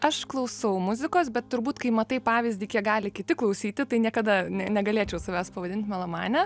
aš klausau muzikos bet turbūt kai matai pavyzdį kiek gali kiti klausyti tai niekada ne negalėčiau savęs pavadint melomane